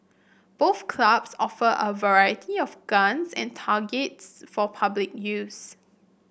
both clubs offer a variety of guns and targets for public use